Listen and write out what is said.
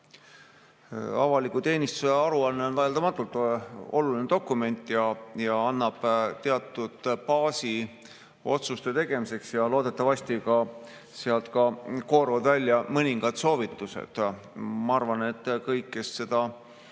Avaliku teenistuse aruanne on vaieldamatult oluline dokument ja annab teatud baasi otsuste tegemiseks ning loodetavasti kooruvad sealt välja ka mõningad soovitused. Ma arvan, et kõik, kes seda